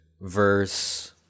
verse